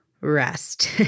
rest